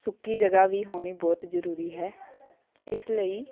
ਸੁੱਕੀ ਜਗ੍ਹਾ ਵੀ ਹੋਣੀ ਬਹੁਤ ਜ਼ਰੂਰੀ ਹੈ ਇਸ ਲਈ